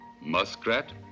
muskrat